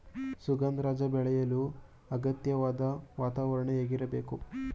ಸುಗಂಧರಾಜ ಬೆಳೆಯಲು ಅಗತ್ಯವಾದ ವಾತಾವರಣ ಹೇಗಿರಬೇಕು?